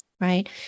right